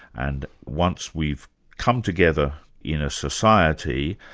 and once we've come together in a society,